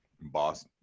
boss